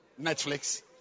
Netflix